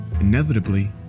inevitably